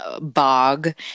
bog